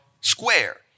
Square